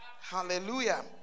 Hallelujah